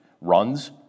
runs